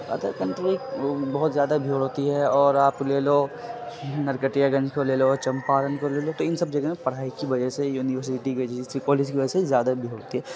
other country بہت زیادہ بھیڑ ہوتی ہے اور آپ لے لو نرکٹیا گنج کو لے لو چمپارن کو لے لو تو ان سب جگہ میں پڑھائی کی وجہ سے یونیورسٹی کی وجہ سے کالج کی وجہ سے زیادہ بھیڑ ہوتی ہے